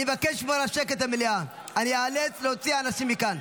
אני מבקש לשמור על שקט במליאהץ אני איאלץ להוציא אנשים מכאן.